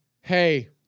hey